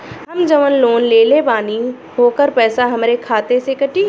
हम जवन लोन लेले बानी होकर पैसा हमरे खाते से कटी?